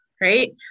right